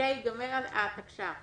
כשתסתיים התקש"ח